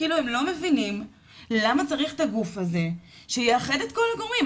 כאילו הם לא מבינים למה צריך את הגוך הזה שיאחד את כל הגורמים.